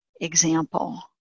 example